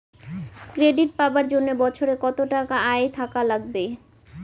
Credit পাবার জন্যে বছরে কত টাকা আয় থাকা লাগবে?